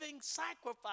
sacrifice